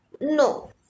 No